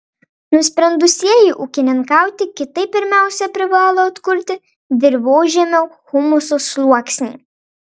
nusprendusieji ūkininkauti kitaip pirmiausia privalo atkurti dirvožemio humuso sluoksnį